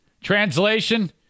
translation